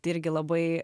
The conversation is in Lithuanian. tai irgi labai